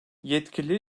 yetkili